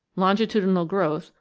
longi tudinal growth,